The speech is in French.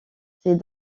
c’est